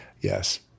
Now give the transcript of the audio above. Yes